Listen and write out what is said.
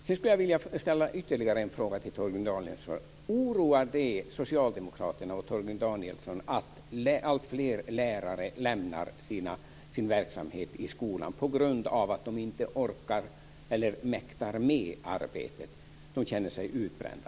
Sedan skulle jag vilja ställa ytterligare en fråga till Torgny Danielsson. Oroar det socialdemokraterna och Torgny Danielsson att alltfler lärare lämnar sin verksamhet i skolan på grund av att de inte mäktar med arbetet, att de känner sig utbrända?